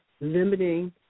limiting